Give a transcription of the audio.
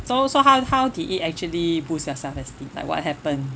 so so how how did it actually boost your self-esteem like what happen